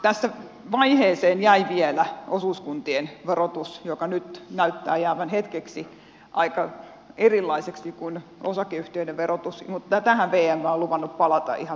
tässä vaiheeseen jäi vielä osuuskuntien verotus joka nyt näyttää jäävän hetkeksi aika erilaiseksi kuin osakeyhtiöiden verotus mutta tähän vm on luvannut palata ihan välittömästi